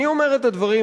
אני אומר את הדברים,